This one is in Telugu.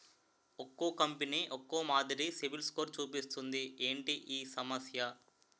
ఒక్కో కంపెనీ ఒక్కో మాదిరి సిబిల్ స్కోర్ చూపిస్తుంది ఏంటి ఈ సమస్య?